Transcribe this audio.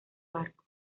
barco